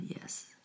yes